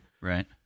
Right